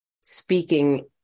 speaking